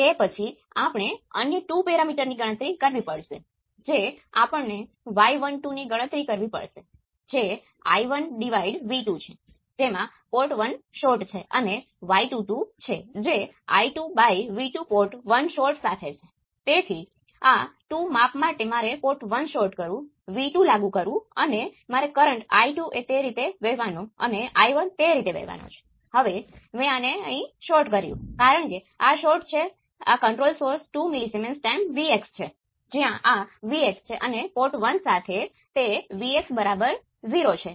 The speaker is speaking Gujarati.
તેથી મને તે ઉપરની કોપી કરવા દો અને આ બેમાંથી મારે V1 ને દૂર કરવાની જરૂર છે જેથી મારી પાસે Vs અને V2 વચ્ચેનો સંબંધ હોય અને V2 બીજું કંઈ નથી પણ V નોટ એ આઉટપુટ વોલ્ટેજ છે જેમાં મને રસ છે